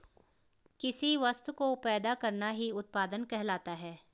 किसी वस्तु को पैदा करना ही उत्पादन कहलाता है